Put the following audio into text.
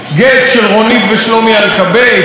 "גט" של רונית ושלומי אלקבץ,